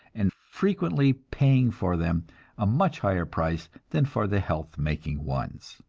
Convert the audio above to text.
and frequently paying for them a much higher price than for the health-making ones!